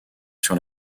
sur